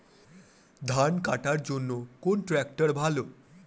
ধান কাটার জন্য কোন ট্রাক্টর ভালো?